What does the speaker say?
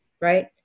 right